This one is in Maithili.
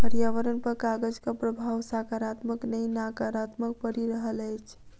पर्यावरण पर कागजक प्रभाव साकारात्मक नै नाकारात्मक पड़ि रहल अछि